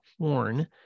Horn